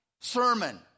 sermon